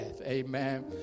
Amen